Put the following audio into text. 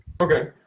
Okay